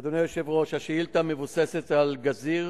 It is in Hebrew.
אדוני היושב-ראש, השאילתא מבוססת על גזיר